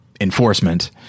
enforcement